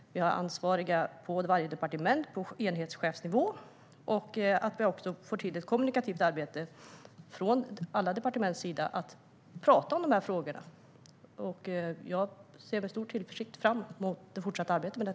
Vi har ansvariga på varje departement på enhetschefsnivå. Det är viktigt att vi får till ett kommunikativt arbete från alla departements sida och att man pratar om de här frågorna. Jag ser med stor tillförsikt fram mot det fortsatta arbetet.